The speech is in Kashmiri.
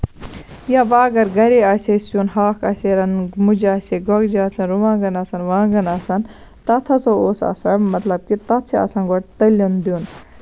یا وۄنۍ اَگر گرے آسہِ ہے سیُن ہاکھ آسہِ ہے رَنُن مُجہِ آسہِ ہے گۄگجہِ آسن رُوانگَن آسَن وانگَن آسَن تَتھ ہسا اوس آسان مطلب کہِ تَتھ چھُ آسان گۄڈٕ تٔلیُن دیُن